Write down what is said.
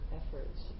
efforts